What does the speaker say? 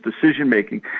decision-making